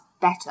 better